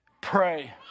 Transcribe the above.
pray